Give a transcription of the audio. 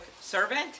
servant